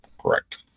Correct